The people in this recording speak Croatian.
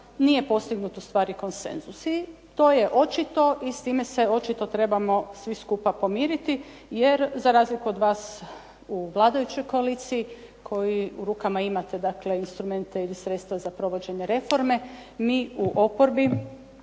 nije postignut u stvari konsenzus. I to je očito i s time se očito trebamo svi skupa pomiriti, jer za razliku od vas u vladajućoj koaliciji koji u rukama imate dakle instrumente ili sredstva za provođenje reforme mi u oporbi